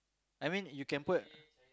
I mean you can put